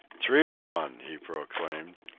three to one! he proclaimed.